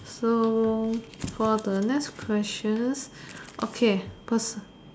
so for the next questions okay perso~